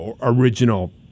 original